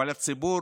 אבל הציבור